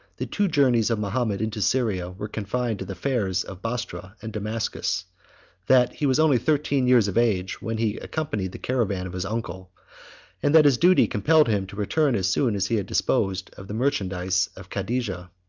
the two journeys of mahomet into syria were confined to the fairs of bostra and damascus that he was only thirteen years of age when he accompanied the caravan of his uncle and that his duty compelled him to return as soon as he had disposed of the merchandise of cadijah.